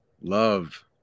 Love